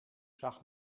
zag